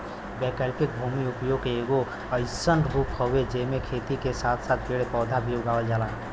वैकल्पिक भूमि उपयोग के एगो अइसन रूप हउवे जेमे खेती के साथ साथ पेड़ पौधा भी उगावल जाला